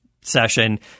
session